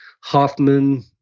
Hoffman